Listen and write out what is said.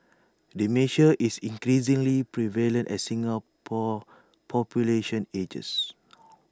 dementia is increasingly prevalent as Singapore's population ages